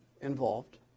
involved